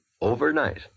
Overnight